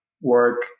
work